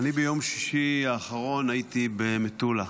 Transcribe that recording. ביום שישי האחרון הייתי במטולה,